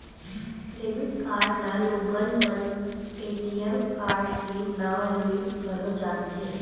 debit card ल लोगन मन ए.टी.एम कारड के नांव ले घलो जानथे